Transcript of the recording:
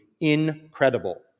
incredible